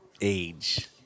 age